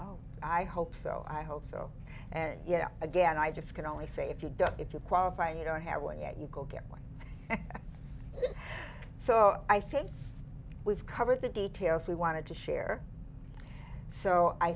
oh i hope so i hope so and you know again i just can only say if you don't if you qualify and you don't have one yet you go get one so i think we've covered the details we wanted to share so i